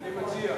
אני מציע.